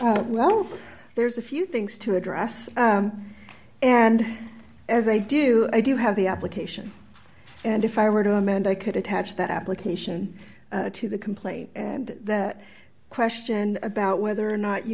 god there's a few things to address and as i do i do have the application and if i were to amend i could attach that application to the complaint and that question about whether or not you